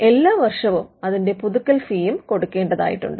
എല്ലാ വർഷവും അതിന്റെ പുതുക്കൽ ഫീയും കൊടുക്കേണ്ടതായിട്ടുണ്ട്